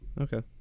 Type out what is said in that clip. okay